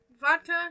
Vodka